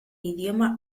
idioma